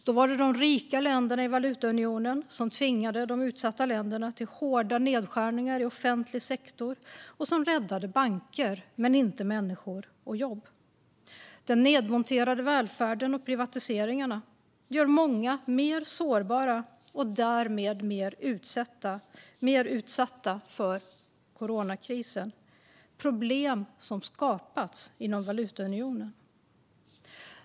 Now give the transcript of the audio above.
Då var det de rika länderna i valutaunionen som tvingade de utsatta länderna till hårda nedskärningar i offentlig sektor och räddade banker men inte människor och jobb. Den nedmonterade välfärden och privatiseringarna gör många mer sårbara och därmed mer utsatta för coronakrisen. Det är problem som har skapats inom valutaunionen.